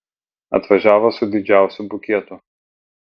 atvažiavo su didžiausiu bukietu